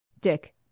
Dick